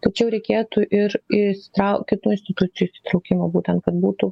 tačiau reikėtų ir įsitrau kitų institucijų įsitraukimo būtent kad būtų